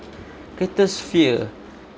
greatest fear